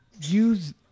use